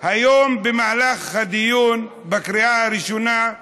היום, במהלך הדיון בקריאה הראשונה,